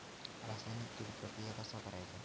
रासायनिक कीड प्रक्रिया कसा करायचा?